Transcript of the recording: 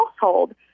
household